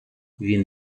він